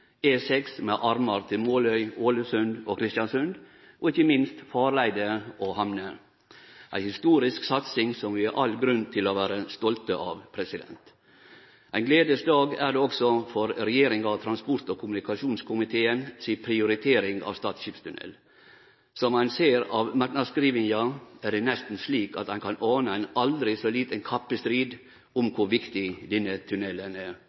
E6 med armar til Måløy, Ålesund og Kristiansund, og ikkje minst farleiene og hamnene – ei historisk satsing, som vi har all grunn til å vere stolte av. Ein gledeleg dag er det også for regjeringa og transport- og kommunikasjonskomiteen si prioritering av Stad skipstunnel. Som ein ser av merknadsskrivinga er det nesten slik at ein kan ane ein aldri så liten kappestrid om kor viktig denne tunnelen er – veldig bra! Stad skipstunnel er i